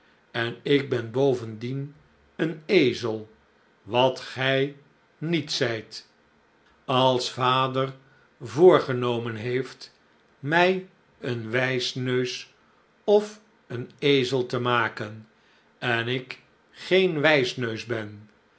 en ik ben bovendien een ezel wat gij niet zijt als vader voorgenomen heeft mij een wijsnens of een ezel te maken en ik geen wijsneus ben